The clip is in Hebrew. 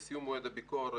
בסיום מועד הביקורת,